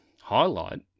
highlight